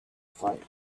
fight